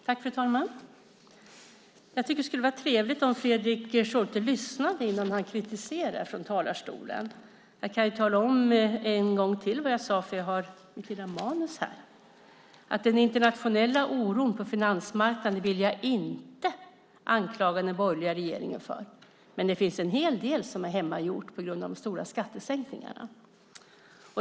Fru talman! Jag tycker att det skulle vara trevligt om Fredrik Schulte lyssnade innan han kritiserade i talarstolen. Jag kan tala om vad jag sade, för jag har mitt manus här. Jag sade: Den internationella oron på finansmarknaden vill jag inte anklaga den borgerliga regeringen för, men det finns en hel del som är hemmagjort på grund av de stora skattesänkningarna.